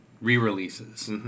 re-releases